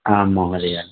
आं महोदय